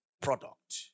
product